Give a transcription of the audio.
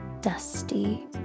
dusty